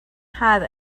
have